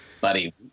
buddy